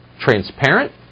Transparent